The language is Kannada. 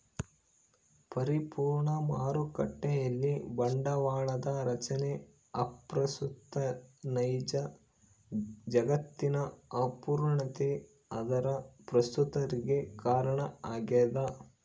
ಪರಿಪೂರ್ಣ ಮಾರುಕಟ್ಟೆಯಲ್ಲಿ ಬಂಡವಾಳದ ರಚನೆ ಅಪ್ರಸ್ತುತ ನೈಜ ಜಗತ್ತಿನ ಅಪೂರ್ಣತೆ ಅದರ ಪ್ರಸ್ತುತತಿಗೆ ಕಾರಣ ಆಗ್ಯದ